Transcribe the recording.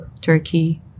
Turkey